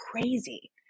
crazy